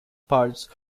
parts